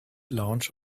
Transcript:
lounge